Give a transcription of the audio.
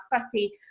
fussy